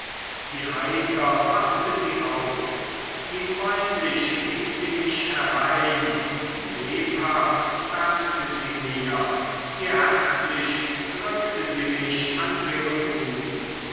wie heiter wachte sie auf wie freundlich rief sie mich herein wie lebhaft dankte sie mir wie herzlich drückte sie mich an ihren busen